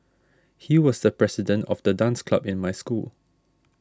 he was the president of the dance club in my school